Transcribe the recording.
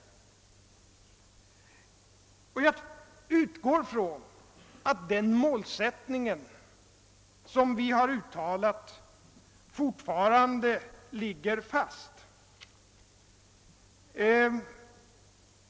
Jag utgår också från att den målsättning vi då uttalade fortfarande står fast.